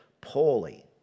poorly